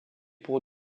pour